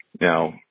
Now